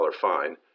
fine